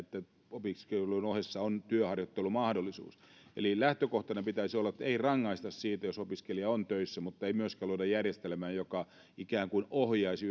opiskelujen ohessa on työharjoittelumahdollisuus eli lähtökohtana pitäisi olla että ei rangaista siitä jos opiskelija on töissä mutta ei myöskään luoda järjestelmää joka ikään kuin ohjaisi